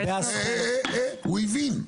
הוא הבין.